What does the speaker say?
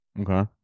Okay